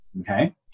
Okay